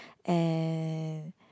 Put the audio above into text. and